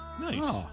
Nice